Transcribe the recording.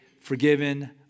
forgiven